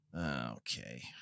Okay